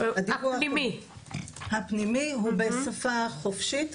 הפנימי ובשפה חופשית,